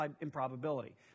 improbability